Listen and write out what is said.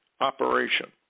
operation